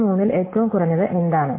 ഈ മൂന്നിൽ ഏറ്റവും കുറഞ്ഞത് എന്താണ്